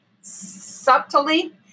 subtly